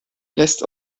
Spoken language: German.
lässt